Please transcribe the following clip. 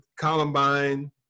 Columbine